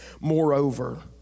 Moreover